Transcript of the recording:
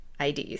IDs